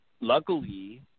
luckily